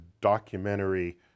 documentary